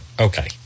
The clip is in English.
Okay